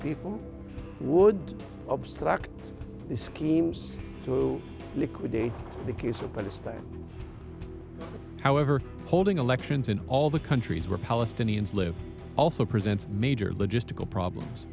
people would obstruct the schemes to liquidate the case of palestine however holding elections in all the countries where palestinians live also presents major logistical problems